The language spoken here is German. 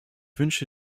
wünsche